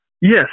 Yes